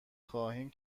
خواهیم